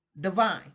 divine